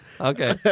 Okay